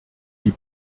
die